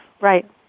right